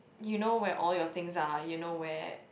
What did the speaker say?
you know where all your things are you know where